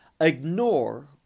ignore